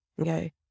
okay